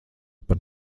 par